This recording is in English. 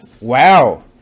Wow